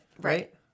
Right